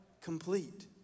complete